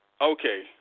Okay